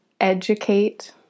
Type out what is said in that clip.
educate